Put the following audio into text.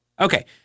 Okay